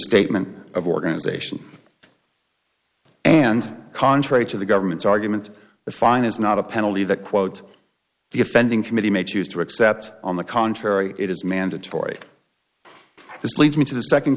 statement of organization and contrary to the government's argument the fine is not a penalty that quote the offending committee may choose to accept on the contrary it is mandatory this leads me to the second